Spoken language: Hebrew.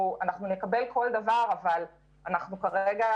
אנחנו נקבל כל דבר, אבל אנחנו כרגע